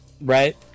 right